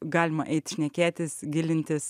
galima eit šnekėtis gilintis